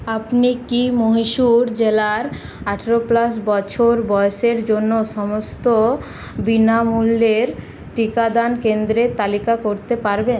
আপনি কি মহীশূর জেলার আঠারো প্লাস বছর বয়সের জন্য সমস্ত বিনামূল্যের টিকাদান কেন্দ্রের তালিকা করতে পারবেন